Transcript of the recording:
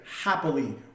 happily